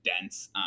dense